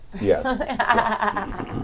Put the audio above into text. Yes